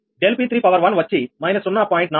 ∆P31వచ్చి −0